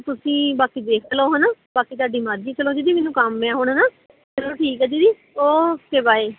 ਤੁਸੀਂ ਬਾਕੀ ਦੇਖ ਲਓ ਹੈ ਨਾ ਬਾਕੀ ਤੁਹਾਡੀ ਮਰਜ਼ੀ ਚਲੋ ਦੀਦੀ ਮੈਨੂੰ ਕੰਮ ਏ ਆ ਹੁਣ ਹੈ ਨਾ ਚਲੋ ਠੀਕ ਹੈ ਦੀਦੀ ਓਕੇ ਬਾਏ